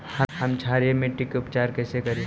हम क्षारीय मिट्टी के उपचार कैसे करी?